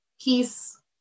Peace